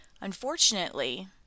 Unfortunately